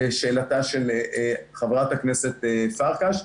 לשאלתה של חברת הכנסת פרקש.